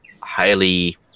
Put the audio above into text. highly